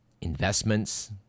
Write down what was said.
investments